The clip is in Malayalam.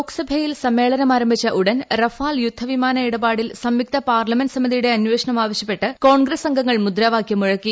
ലോക്സഭയിൽ സമ്മേളനം ആരംഭിച്ച ഉടൻ റഫാൽ യുദ്ധവിമാന ഇടപാടിൽ സംയുക്ത പാർലമെന്റ് സമിതിയുടെ അന്വേഷണം ആവശ്യപ്പെട്ട് കോൺഗ്രസ് അംഗങ്ങൾ മുദ്രാവാക്യം മുഴക്കി